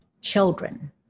children